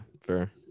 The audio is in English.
Fair